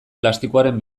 plastikoaren